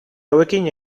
hauekin